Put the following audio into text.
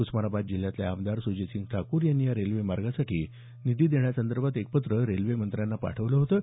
उस्मानाबाद जिल्ह्यातले आमदार सुजितसिंह ठाकूर यांनी या रेल्वे मार्गासाठी निधी देण्यासंदर्भात एक पत्र रेल्वे मंत्र्यांना पाठवलं होतं